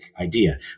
idea